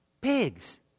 Pigs